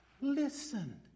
Listen